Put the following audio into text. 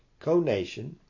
conation